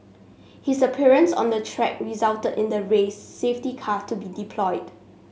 his appearance on the track resulted in the race safety car to be deployed